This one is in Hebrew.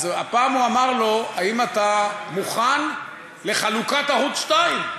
אז הפעם הוא אמר לו: האם אתה מוכן לחלוקת ערוץ 2?